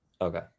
Okay